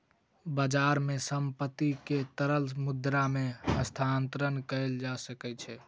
बजार मे संपत्ति के तरल मुद्रा मे हस्तांतरण कयल जा सकै छै